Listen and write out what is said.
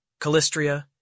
Callistria